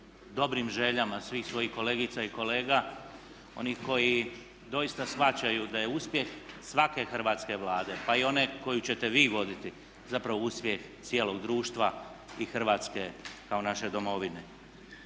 dobrim željama svih svojih kolegica i kolega, onih koji doista shvaćaju da je uspjeh svake hrvatske Vlade pa i one koju ćete vi voditi zapravo uspjeh cijelog društva i Hrvatske kao naše Domovine.